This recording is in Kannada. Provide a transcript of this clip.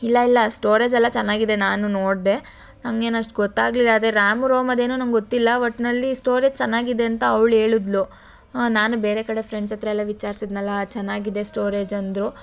ಇಲ್ಲ ಇಲ್ಲ ಸ್ಟೋರೇಜ್ ಎಲ್ಲ ಚೆನ್ನಾಗಿದೆ ನಾನು ನೋಡಿದೆ ನನಗೇನ್ ಅಷ್ಟು ಗೊತ್ತಾಗಲಿಲ್ಲ ಅದೇ ರ್ಯಾಮು ರೋಮ್ ಅದೇನೋ ನನಗ್ ಗೊತ್ತಿಲ್ಲ ಒಟ್ಟಿನಲ್ಲಿ ಸ್ಟೋರೇಜ್ ಚೆನ್ನಾಗಿದೆ ಅಂತ ಅವ್ಳು ಹೇಳದ್ಲು ನಾನು ಬೇರೆ ಕಡೆ ಫ್ರೆಂಡ್ಸ್ ಹತ್ರ ಎಲ್ಲ ವಿಚಾರಿಸಿದ್ನಲ್ಲಾ ಚೆನ್ನಾಗಿದೆ ಸ್ಟೋರೇಜ್ ಅಂದರು